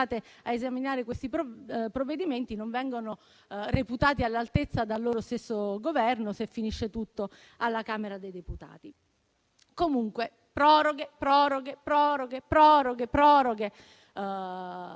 ad esaminare questi provvedimenti non vengono reputati all'altezza dal loro stesso Governo se finisce tutto alla Camera dei Deputati. Comunque, proroghe, proroghe e ancora proroghe,